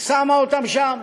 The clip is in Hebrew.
שמה אותם שם.